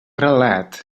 relat